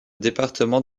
département